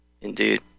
Indeed